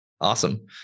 awesome